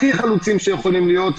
הכי חלוצים שיכולים להיות.